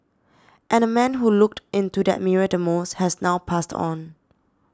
and the man who looked into that mirror the most has now passed on